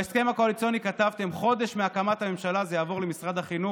בהסכם הקואליציוני כתבתם: חודש מהקמת הממשלה זה יעבור למשרד החינוך.